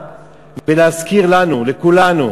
אדומה ולהזכיר לנו, לכולנו,